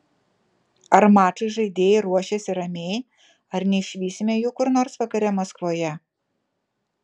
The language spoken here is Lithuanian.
ar mačui žaidėjai ruošiasi ramiai ar neišvysime jų kur nors vakare maskvoje